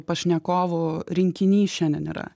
pašnekovų rinkinys šiandien yra